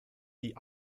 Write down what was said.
die